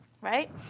right